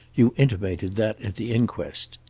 you intimated that at the inquest.